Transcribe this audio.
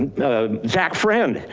you know zach friend,